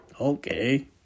okay